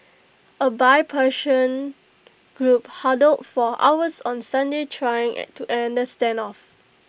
A bipartisan group huddled for hours on Sunday trying to end the standoff